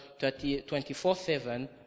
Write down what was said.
24-7